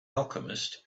alchemist